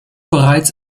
bereits